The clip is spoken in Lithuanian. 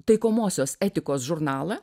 taikomosios etikos žurnalą